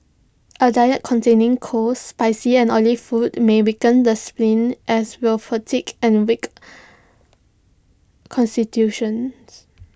A diet containing cold spicy and oily food may weaken the spleen as will fatigue and A weak Constitution